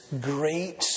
great